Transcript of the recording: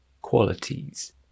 qualities